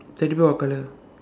teddy bear what colour